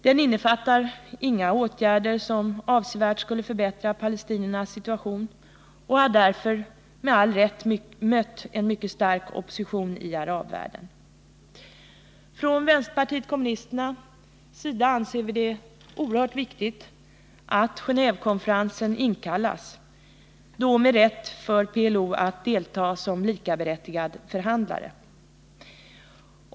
Den innefattar inga åtgärder som avsevärt skulle förbättra palestiniernas situation och har därför med all rätt mött en mycket stark opposition i arabvärlden. Vpk anser det fortfarande oerhört viktigt att Gen&vekonferensen inkallas med rätt för PLO att delta såsom likaberättigad förhandlare.